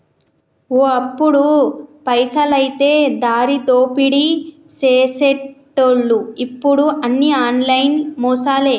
ఓ అప్పుడు పైసలైతే దారిదోపిడీ సేసెటోళ్లు ఇప్పుడు అన్ని ఆన్లైన్ మోసాలే